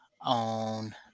on